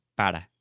para